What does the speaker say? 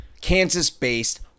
Kansas-based